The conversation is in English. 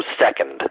second